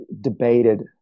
debated